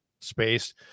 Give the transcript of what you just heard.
space